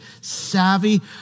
savvy